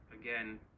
again